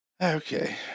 Okay